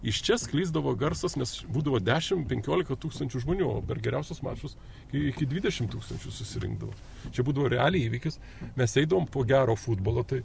iš čia sklisdavo garsas nes būdavo dešim penkiolika tūkstančių žmonių o per geriausius mačus iki dvidešim tūkstančių susirinkdavo čia būdavo realiai įvykis mes eidavom po gero futbolo tai